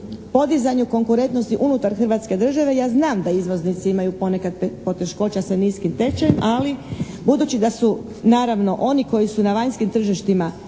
podizanju konkurentnosti unutar Hrvatske države. Ja znam da izvoznici imaju ponekad poteškoća sa niskim tečajem ali budući da su naravno oni koji su na vanjskim tržištima